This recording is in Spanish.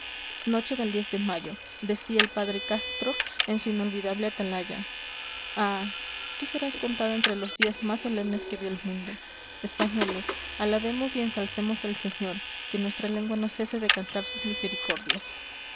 noche del de mayo decía el padre castro en su inolvidable atalaya ah tú serás contada entre los días más solemnes que vio el mundo españoles alabemos y ensalcemos al señor que nuestra lengua no cese de cantar sus misericordias